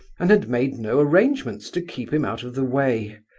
and had made no arrangements to keep him out of the way.